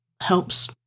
helps